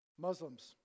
Muslims